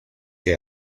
que